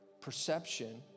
perception